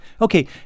Okay